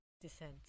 descent